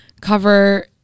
cover